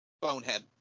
Bonehead